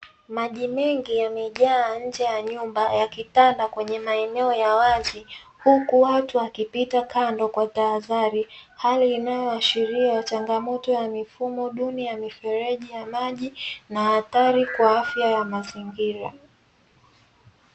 Maji mengi yamejaa ndani ya nyumba huku yakiwa yametanda wengine wakipita mbezeno ikihashiria hali duni ya mazingira na hatari kwa afya